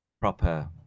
proper